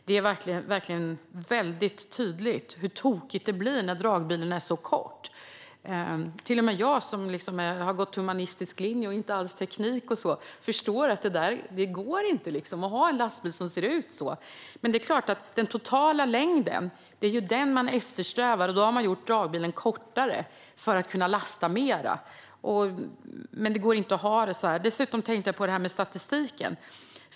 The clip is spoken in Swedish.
Det syns tydligt i animeringen hur tokigt det blir när dragbilen är så kort. Till och med jag som har gått humanistisk linje och inte läst teknik förstår att det inte går att ha en lastbil som ser ut så. Men man eftersträvar att utnyttja den totala längden, och då har dragbilen gjorts kortare för att kunna lasta mer. Men det går inte att ha det så. Jag har dessutom tänkt på frågan om statistiken.